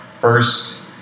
first